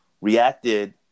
reacted